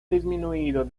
disminuido